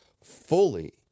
fully